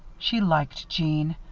she liked jeanne.